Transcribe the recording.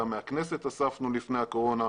גם מהכנסת אספנו לפני הקורונה.